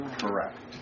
Correct